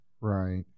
Right